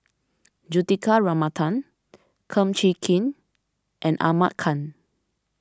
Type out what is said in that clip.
Juthika Ramanathan Kum Chee Kin and Ahmad Khan